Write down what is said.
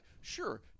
sure